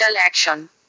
action